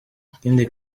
ikindi